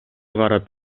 карап